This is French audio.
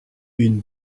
une